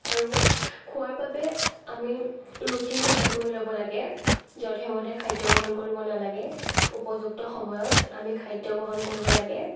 আৰু খোৱাৰ বাবে আমি ৰুটিন তৈয়াৰ কৰি ল'ব লাগে যধে মধে খাদ্য গ্ৰহণ কৰিব নেলাগে উপযুক্ত সময়ত আমি খাদ্য গ্ৰহণ কৰিব লাগে